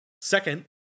Second